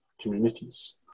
communities